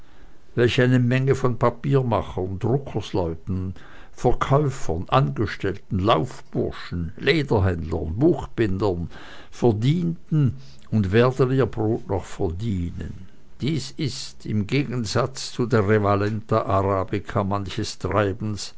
welch eine menge von papiermachern druckersleuten verkäufern angestellten laufburschen lederhändlern buchbindern verdienten und werden ihr brot noch verdienen dies ist im gegensatze zu der revalenta arabica manches treibens